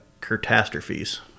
catastrophes